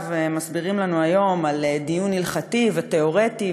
מסבירים לנו היום על דיון הלכתי ותיאורטי,